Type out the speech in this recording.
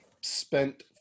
spent